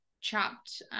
chopped